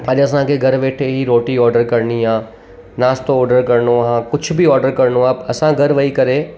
अॼु असांखे घरु वेठे ई रोटी ऑडरु करिणी आहे नास्तो ऑडरु करिणो आहे कुझु बि ऑडरु करिणो आहे असां घरु वेही करे